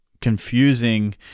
confusing